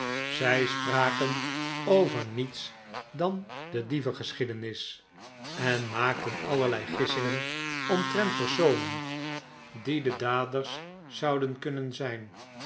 zij spraken over niets dan de dievengeschiedenis en maakten allerlei gissingen omtrent personen die de daders zouden kunnen zyn